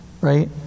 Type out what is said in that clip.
right